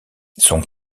son